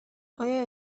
آیا